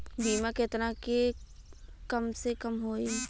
बीमा केतना के कम से कम होई?